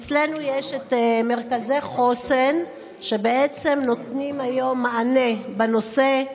אצלנו יש את מרכזי החוסן שנותנים היום מענה בנושא,